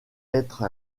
être